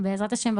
ובעזרת השם,